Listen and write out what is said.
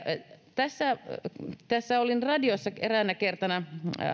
olin radiossa tässä eräänä kertana